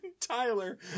Tyler